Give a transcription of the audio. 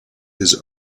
his